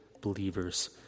believers